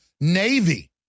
navy